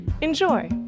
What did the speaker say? Enjoy